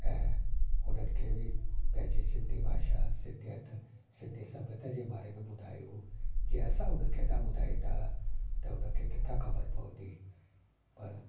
ऐं हुननि खे बि पइजी सिंधी भाषा सिंधयत सिंधी सभ्यता जे बारे में ॿुधायूं जे असां उन खे न ॿुधाईंदा त उन खे किथां ख़बर पवंदी पर